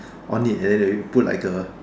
on it and then that we put like a